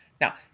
Now